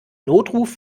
notruf